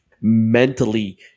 mentally